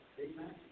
Amen